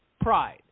pride